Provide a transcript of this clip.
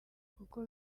kuko